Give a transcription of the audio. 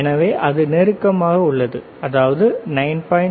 எனவே அது நெருக்கமாக உள்ளது இது 9